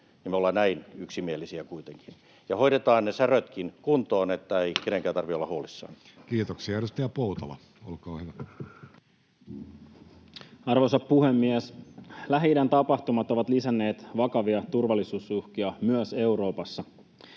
me olemme näin yksimielisiä kuitenkin. Ja hoidetaan ne särötkin kuntoon, niin että ei kenenkään tarvitse olla huolissaan. Kiitoksia. — Edustaja Poutala, olkaa hyvä. Arvoisa puhemies! Lähi-idän tapahtumat ovat lisänneet vakavia turvallisuusuhkia myös Euroopassa.